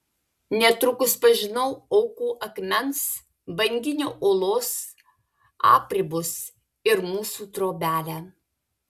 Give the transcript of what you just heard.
netrukus pažinau aukų akmens banginio uolos apribus ir mūsų trobelę